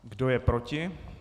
Kdo je proti?